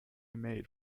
made